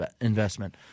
investment